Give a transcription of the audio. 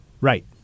Right